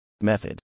Method